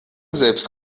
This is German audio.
selbst